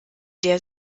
der